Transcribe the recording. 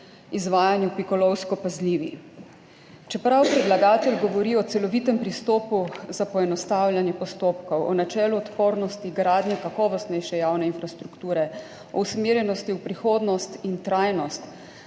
izvajanju pikolovsko pazljivi. Čeprav predlagatelj govori o celovitem pristopu za poenostavljanje postopkov, o načelu odpornosti gradnje kakovostnejše javne infrastrukture, o usmerjenosti v prihodnost in trajnost,